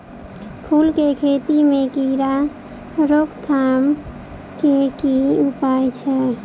फूल केँ खेती मे कीड़ा रोकथाम केँ की उपाय छै?